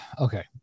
Okay